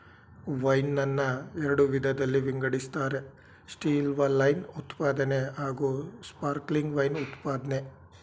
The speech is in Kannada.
ವೈನ್ ನನ್ನ ಎರಡು ವಿಧದಲ್ಲಿ ವಿಂಗಡಿಸ್ತಾರೆ ಸ್ಟಿಲ್ವೈನ್ ಉತ್ಪಾದನೆ ಹಾಗೂಸ್ಪಾರ್ಕ್ಲಿಂಗ್ ವೈನ್ ಉತ್ಪಾದ್ನೆ